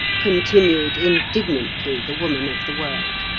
continued indignantly the woman of the world.